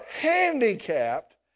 handicapped